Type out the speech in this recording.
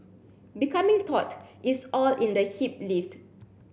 becoming taut is all in the hip lift